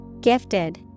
Gifted